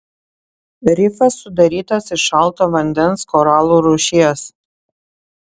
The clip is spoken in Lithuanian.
rifas sudarytas iš šalto vandens koralų rūšies